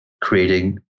creating